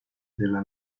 della